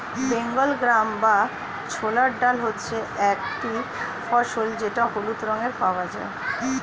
Bengal gram বা ছোলার ডাল হচ্ছে একটি ফসল যেটা হলুদ রঙে পাওয়া যায়